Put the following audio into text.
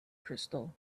crystal